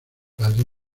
padre